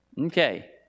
Okay